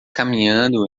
caminhando